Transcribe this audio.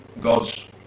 God's